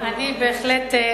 בהחלט.